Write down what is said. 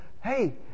hey